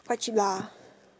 quite cheap lah